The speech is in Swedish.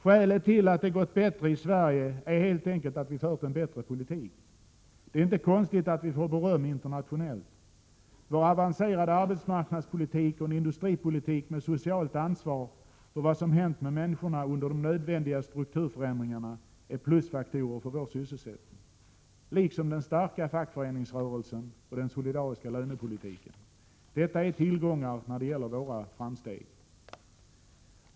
Skälet till att det gått bättre i Sverige är helt enkelt att vi fört en bättre politik. Det är inte konstigt att vi får beröm internationellt. Vår avancerade arbetsmarknadspolitik och vår industripolitik med socialt ansvar för vad som hänt med människorna under de nödvändiga strukturförändringarna är plusfaktorer för vår sysselsättning, liksom den starka fackföreningsrörelsen och den solidariska lönepolitiken. Detta är tillgångar när det gäller våra framsteg.